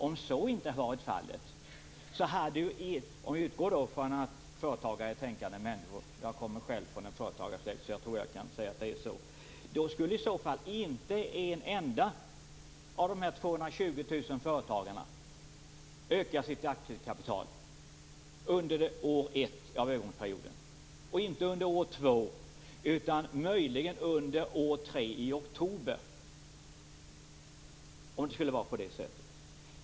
Om så inte hade varit fallet så skulle, om vi utgår från att företagare är tänkande människor - jag kommer själva från en företagarsläkt så jag tror att jag kan säga att det är så - inte en enda av de här 220 000 företagarna öka sitt aktiekapital under år ett av övergångsperioden. De skulle inte heller göra det under år två. Möjligen skulle de göra det under år tre i oktober om det skulle vara på det sättet.